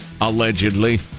Allegedly